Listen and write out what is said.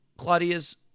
Claudia's